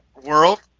world